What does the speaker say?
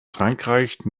frankreich